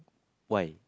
why